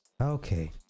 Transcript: Okay